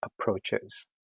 approaches